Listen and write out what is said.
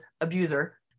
abuser